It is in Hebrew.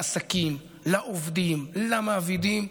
לעסקים, לעובדים, למעבידים.